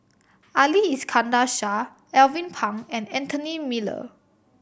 Ali Iskandar Shah Alvin Pang and Anthony Miller